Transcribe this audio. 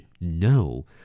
No